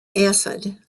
acid